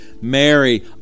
Mary